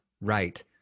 right